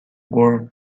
word